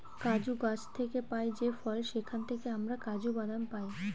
কাজু গাছ থেকে পাই যে ফল সেখান থেকে আমরা কাজু বাদাম পাই